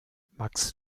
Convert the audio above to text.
max